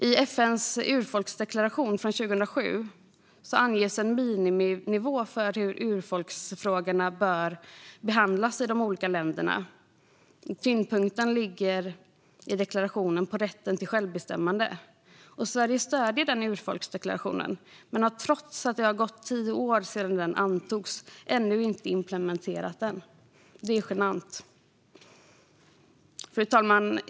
I FN:s urfolksdeklarationen från 2007 anges en miniminivå för hur urfolksfrågorna bör behandlas i de olika länderna. Tyngdpunkten i deklarationen ligger på rätten till självbestämmande. Sverige stöder urfolksdeklarationen men har, trots att det gått tio år sedan den antogs, ännu inte lyckats implementera den. Det är genant. Fru talman!